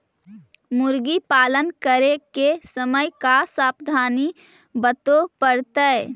मुर्गी पालन करे के समय का सावधानी वर्तें पड़तई?